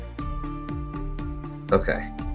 Okay